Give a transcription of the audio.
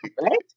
right